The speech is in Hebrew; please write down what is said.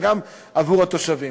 וגם עבור התושבים.